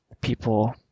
People